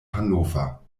hannover